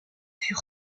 fut